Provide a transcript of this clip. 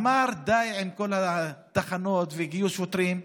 ואמר: די עם כל התחנות וגיוס שוטרים.